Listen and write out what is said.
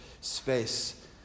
space